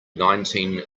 nineteen